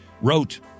wrote